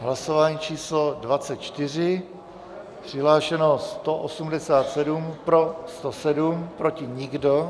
Hlasování číslo 24, přihlášeno 187, pro 107, proti nikdo.